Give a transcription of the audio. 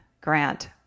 grant